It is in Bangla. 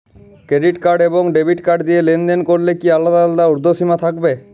ক্রেডিট কার্ড এবং ডেবিট কার্ড দিয়ে লেনদেন করলে কি আলাদা আলাদা ঊর্ধ্বসীমা থাকবে?